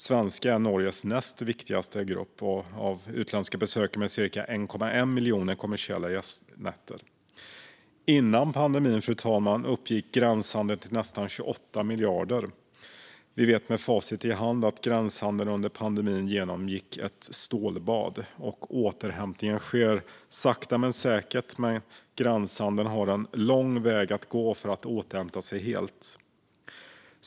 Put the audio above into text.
Svenskar är Norges näst viktigaste grupp av utländska besökare med cirka 1,1 miljoner kommersiella gästnätter. Före pandemin, fru talman, uppgick gränshandeln till nästan 28 miljarder. Vi vet med facit i hand att gränshandeln under pandemin genomgick ett stålbad. Återhämtning sker sakta men säkert, men gränshandeln har en lång väg att gå för att återhämta sig helt.